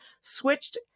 switched